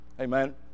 Amen